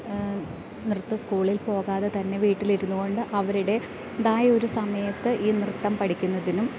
നൃത്ത സ്കൂളിൽ പോകാതെ തന്നെ വീട്ടിലിരുന്നു കൊണ്ട് അവരുടെ തായ ഒരു സമയത്ത് ഈ നൃത്തം പഠിക്കുന്നതിനും